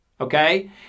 Okay